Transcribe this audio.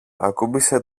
ακούμπησε